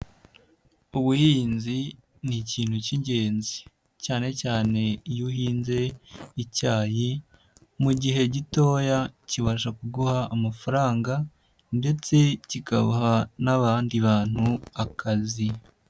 Ubuhinzi ni ikintu cy'ingenzi, cyane cyane iyo uhinzeye icyayi mu gihe gitoya kibasha kuguha amafaranga ndetse kikabaha n'abandi bantu akazi.